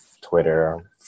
Twitter